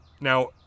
Now